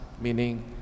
meaning